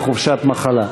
לחופשת מחלה.